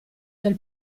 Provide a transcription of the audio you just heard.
del